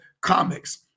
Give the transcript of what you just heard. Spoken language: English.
comics